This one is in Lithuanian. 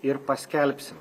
ir paskelbsim